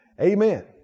Amen